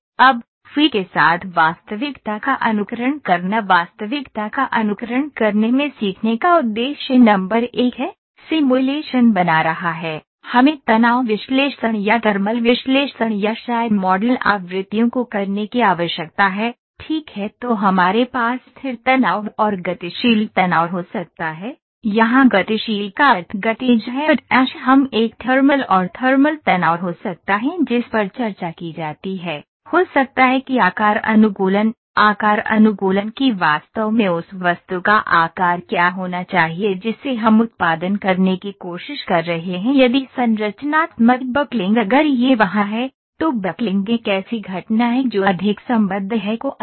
अब FEA के साथ वास्तविकता का अनुकरण करना वास्तविकता का अनुकरण करने में सीखने का उद्देश्य नंबर एक है सिमुलेशन बना रहा है हमें तनाव विश्लेषण या थर्मल विश्लेषण या शायद मॉडल आवृत्तियों को करने की आवश्यकता है ठीक है तो हमारे पास स्थिर तनाव और गतिशील तनाव हो सकता है यहां गतिशील का अर्थ गतिज है हम एक थर्मल और थर्मल तनाव हो सकता है जिस पर चर्चा की जाती है हो सकता है कि आकार अनुकूलन आकार अनुकूलन कि वास्तव में उस वस्तु का आकार क्या होना चाहिए जिसे हम उत्पादन करने की कोशिश कर रहे हैं यदि संरचनात्मक बकलिंग अगर यह वहां है तो बकलिंग एक ऐसी घटना है जो अधिक संबद्ध है कॉलम